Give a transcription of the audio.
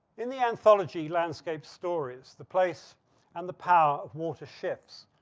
in the anthology landscape stories, the place and the power of water shifts.